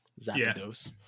Zapdos